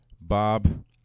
Bob